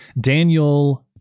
Daniel